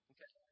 Okay